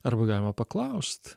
arba galima paklaust